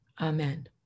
Amen